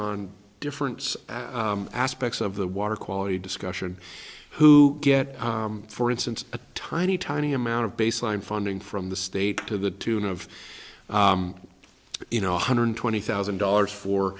on different aspects of the water quality discussion who get for instance a tiny tiny amount of baseline funding from the state to the tune of you know hundred twenty thousand dollars for